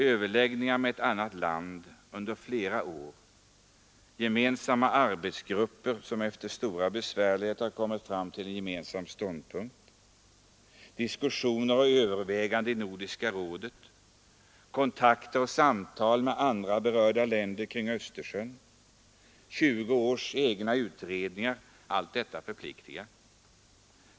Överläggningar med ett annat land under flera år, gemensamma arbetsgrupper som efter stora svårigheter har kommit fram till en gemensam ståndpunkt, diskussioner och överväganden i Nordiska rådet, kontakter och samtal med andra berörda länder kring Östersjön, 20 års egna utredningar — allt detta förpliktar.